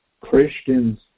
Christians